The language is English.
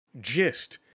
Gist